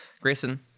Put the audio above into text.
Grayson